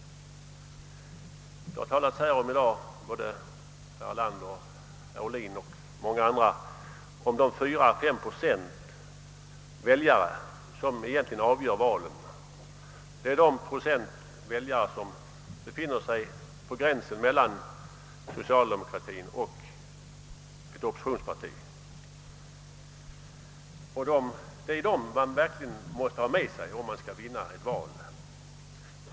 Herr Erlander, herr Ohlin och många andra har i dag talat om de 4—5 procenten av väljare, som egentligen avgör valet. Det är dessa väljare som befinner sig på gränsen mellan socialdemokratien och oppositionspartierna.